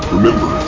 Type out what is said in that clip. Remember